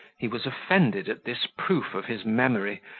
he was offended at this proof of his memory,